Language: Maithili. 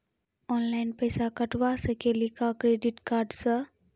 ऑनलाइन पैसा कटवा सकेली का क्रेडिट कार्ड सा?